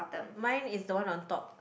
mine is the one on top